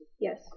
Yes